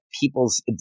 people's